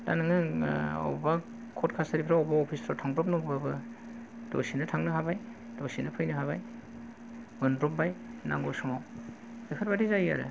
दा नोङो अबेबा कर्ट कासारिफ्रावबो अफिस फ्राव थांनांगौबाबो दसेनो थांनो हाबाय दसेनो फैनो हाबाय मोनब्रब्बाय नांगौ समाव बेफरबायदि जायो आरो